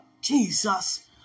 Jesus